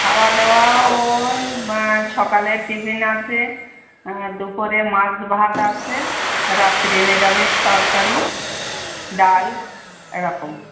খাওয়া দাওয়াও সকালে টিফিন আছে দুপুরে মাছ ভাত আছে রাত্রে নিরামিষ তরকারি ডাল এরকম